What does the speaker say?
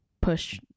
push